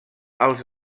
els